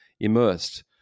immersed